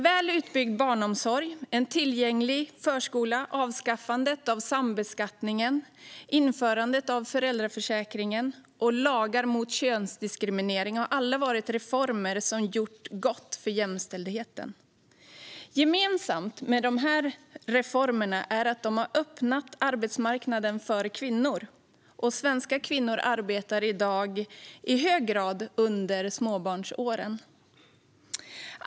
Väl utbyggd barnomsorg, tillgänglig förskola, avskaffad sambeskattning, införande av föräldraförsäkring och lagar mot könsdiskriminering har alla varit reformer som gjort gott för jämställdheten. Gemensamt för dessa reformer är att de har öppnat upp arbetsmarknaden för kvinnor. Svenska kvinnor arbetar i dag i hög grad under småbarnsåren.